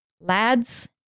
Lads